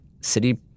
City